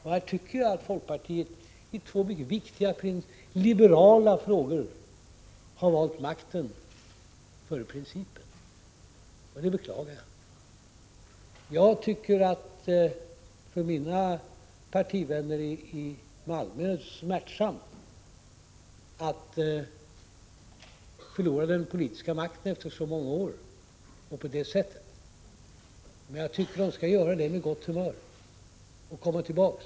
Och här tycker jag att folkpartiet i två mycket viktiga liberala frågor har valt makten före principen. Det beklagar jag. Jag tycker att det för mina partivänner i Malmö är smärtsamt att förlora den politiska makten efter så många år, och på det här sättet. Men jag tycker de skall göra det med gott humör och komma tillbaka.